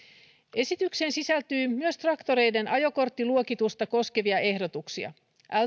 esitykseen sisältyy myös traktoreiden ajokorttiluokitusta koskevia ehdotuksia